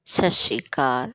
ਸਤਿ ਸ਼੍ਰੀ ਅਕਾਲ